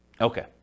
Okay